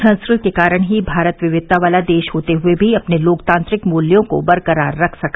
संस्कृत के कारण ही भारत विविधता वाला देश होते हुए भी अपने लोकतांत्रिक मूल्यों को बरकरार रख सका